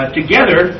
together